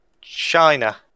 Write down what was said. China